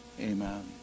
Amen